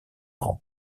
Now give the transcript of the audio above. grand